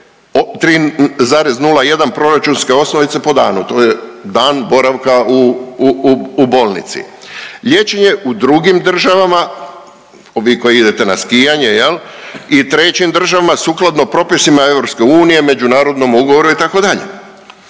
3,01 proračunske osnovice po danu, to je dan boravka u bolnici. Liječenje u drugim državama, vi koji idete na skijanje jel, i trećim državama sukladno propisima EU, međunarodnom ugovoru itd.,